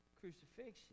crucifixion